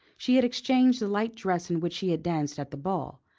she had exchanged the light dress in which she had danced at the ball,